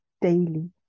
daily